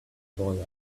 boy